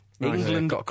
England